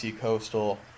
coastal